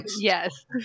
yes